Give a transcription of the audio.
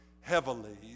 heavily